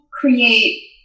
create